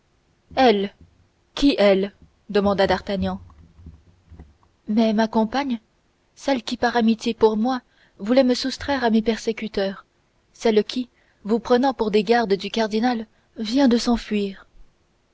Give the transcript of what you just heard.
elle qui elle demanda d'artagnan mais ma compagne celle qui par amitié pour moi voulait me soustraire à mes persécuteurs celle qui vous prenant pour des gardes du cardinal vient de s'enfuir